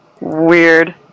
Weird